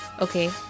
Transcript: Okay